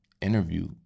interview